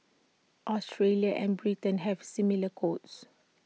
Australia and Britain have similar codes